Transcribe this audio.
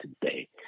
today